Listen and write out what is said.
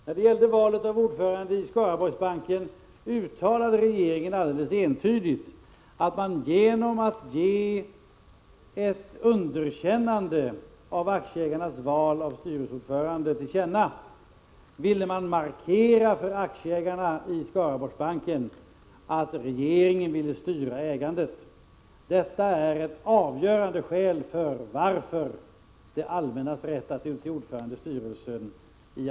När det gällde valet av ordförande i Skaraborgsbanken uttalade regeringen alldeles entydigt att den genom att ge ett underkännande av aktieägarnas val av styrelseordförande till känna ville markera för aktieägarna att regeringen ville styra ägandet. Detta är ett avgörande skäl till att det allmännas rätt att utse ordförande i styrelserna för affärsbankerna måste bort.